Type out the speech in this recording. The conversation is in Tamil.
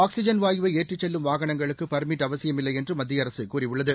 ஆக்ஸிஜன் வாயுவை ஏற்றிச் செல்லும் வாகனங்களுக்கு பர்மிட் அவசியம் இல்லை என்று மத்திய அரசு கூறியுள்ளது